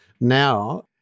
now